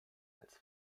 als